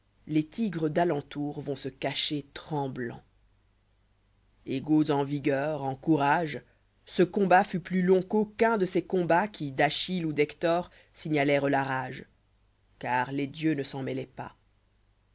les tigres d'alentour vont se cacher tremblants égaux en vigueur en courage ce combat'fut plus long qu'aucun de ces coïnhats qui d'achille ou d'hector signalèrent la rage car les dieux ne s'en mêloient pas